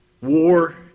War